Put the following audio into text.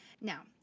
Now